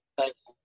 thanks